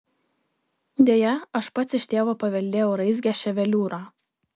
deja aš pats iš tėvo paveldėjau raizgią ševeliūrą